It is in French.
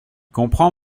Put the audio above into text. comprends